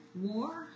War